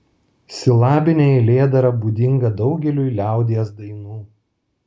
silabinė eilėdara būdinga daugeliui liaudies dainų